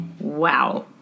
Wow